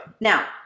Now